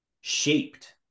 shaped